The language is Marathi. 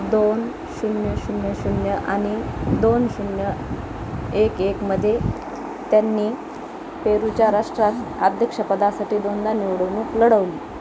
दोन शून्य शून्य शून्य आणि दोन शून्य एक एकमध्ये त्यांनी पेरूच्या राष्ट्राध्यक्षपदासाठी दोनदा निवडणूक लढवली